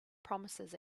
promises